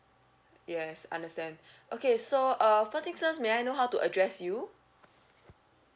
yes understand okay so uh first things first may I know how to address you